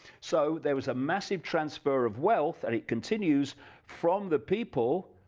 so there was a massive transfer of wealth, and it continues from the people,